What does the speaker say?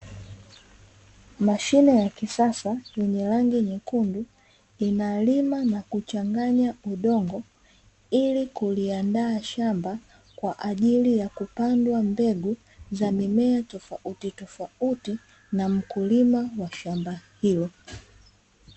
Mashine ya kisasa yenye rangi Nyekundu, inalima na kuchanganya Udongo, ili kuliandaa shamba kwaajili ya kupanda Mbegu za mimea tofauti tofauti, na Mkulima wa shamba hilo.